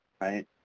right